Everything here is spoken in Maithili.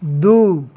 दू